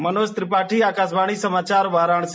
मनोज त्रिपाठी आकाशवाणी समाचार वाराणसी